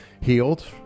healed